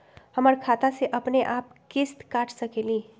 हमर खाता से अपनेआप किस्त काट सकेली?